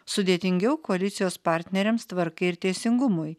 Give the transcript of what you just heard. sudėtingiau koalicijos partneriams tvarka ir teisingumui